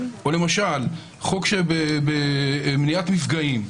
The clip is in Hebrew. או למשל חוק מניעת מפגעים,